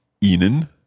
Ihnen